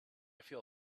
feel